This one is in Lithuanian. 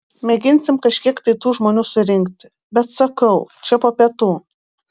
mėginsim kažkiek tai tų žmonių surinkti bet sakau čia po pietų